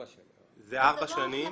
זה ארבע שנים.